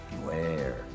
Beware